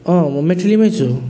अँ म मेटलीमै छु